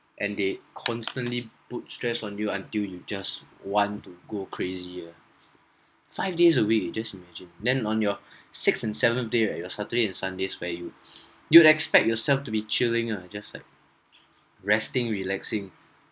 and they constantly put stress on you until you just want to go crazier five days a week eh just image then on your sixth and seventh day right your saturday and sundays where you you'd expect yourself to be chilling lah just like resting relaxing